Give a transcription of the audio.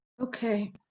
Okay